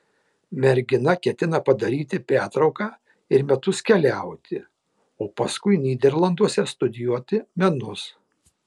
mergina ketina padaryti pertrauka ir metus keliauti o paskui nyderlanduose studijuoti menus